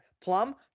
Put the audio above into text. Plum